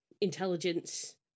intelligence